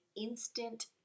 instant